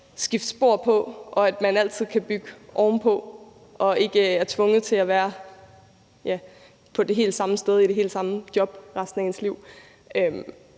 skifte spor på, så man altid kan bygge ovenpå og ikke er tvunget til at være det helt samme sted i det helt samme job resten af ens liv.